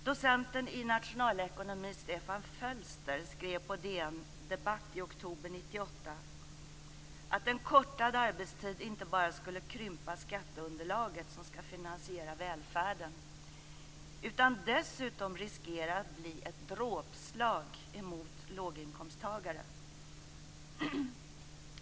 Docenten i nationalekonomi Stefan Fölster skrev på DN Debatt i oktober 1998 att en kortad arbetstid inte bara skulle krympa skatteunderlaget som skall finansiera välfärden utan dessutom riskera att bli ett dråpslag mot låginkomsttagare.